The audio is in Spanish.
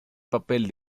papel